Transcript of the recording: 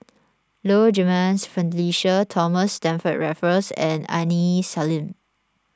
Low Jimenez Felicia Thomas Stamford Raffles and Aini Salim